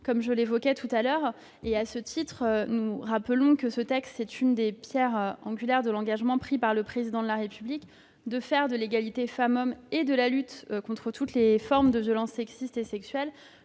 comme je l'évoquais voilà quelques instants. À ce titre, nous rappelons que ce texte est l'une des pierres angulaires de l'engagement pris par le Président de la République de faire de l'égalité femmes-hommes et de la lutte contre toutes les formes de violences sexistes et sexuelles